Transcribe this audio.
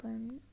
पण